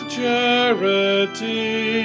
charity